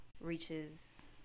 reaches